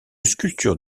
sculpture